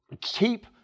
Keep